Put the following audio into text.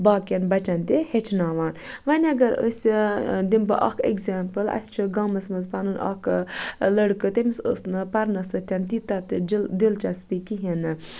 باقٮ۪ن بَچَن تہِ ہیٚچھناوان وۄنۍ اگر أسۍ دِمہٕ بہٕ اَکھ ایٚکزامپٕل اَسہِ چھُ گامَس مَنٛز پَنُن اَکھ لٔڑکہٕ تٔمِس ٲس نہٕ پَرنَس سۭتٮ۪ن تیٖتاہ تہِ جل دِلچَسپی کِہیٖنۍ نہٕ